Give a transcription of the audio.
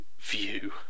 view